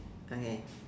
okay